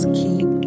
keep